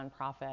nonprofit